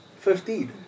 Fifteen